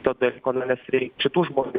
to dalyko na nes reik šitų žmonių